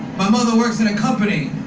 my mother works in a company.